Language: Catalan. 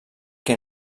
que